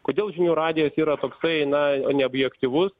kodėl žinių radijas yra toksai na neobjektyvus